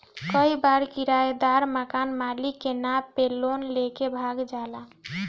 कई बार किरायदार मकान मालिक के नाम पे लोन लेके भाग जाला